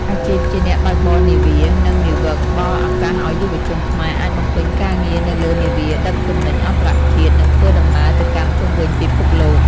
អាជីពជាអ្នកបើកបរនាវា និងនាវិក ផ្តល់ឱកាសឱ្យយុវជនខ្មែរអាចបំពេញការងារនៅលើនាវាដឹកទំនិញអន្តរជាតិ និងធ្វើដំណើរទៅកាន់ជុំវិញពិភពលោក។